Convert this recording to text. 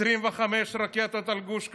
25 רקטות על גוש קטיף,